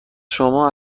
شما